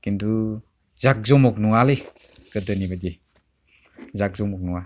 खिन्थु जागजमग नङालै गोदोनिबायदि जागजमग नङा